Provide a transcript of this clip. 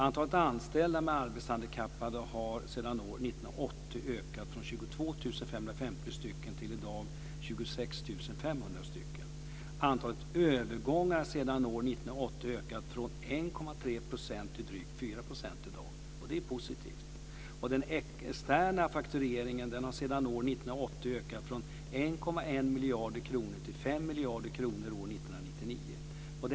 Antalet anställda med arbetshandikapp har sedan år 1980 ökat från 22 550 stycken till i dag 26 500 stycken. Antalet övergångar sedan år 1980 har ökat från 1,3 % till drygt 4 % i dag. Och det är positivt. Den externa faktureringen har sedan år 1980 ökat från 1,1 miljarder kronor till 5 miljarder kronor år 1999.